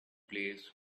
place